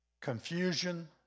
Confusion